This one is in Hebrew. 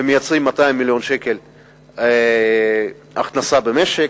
ומייצרים 200 מיליון שקל הכנסה למשק,